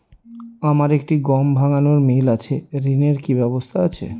আমার একটি গম ভাঙানোর মিল আছে ঋণের কি ব্যবস্থা আছে?